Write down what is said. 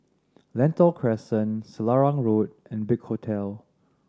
Lentor Crescent Selarang Road and Big Hotel